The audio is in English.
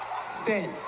Sin